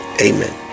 Amen